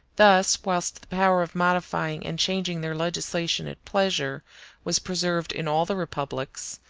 thus, whilst the power of modifying and changing their legislation at pleasure was preserved in all the republics,